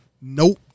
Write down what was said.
Nope